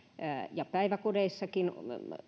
ja päiväkodeissakin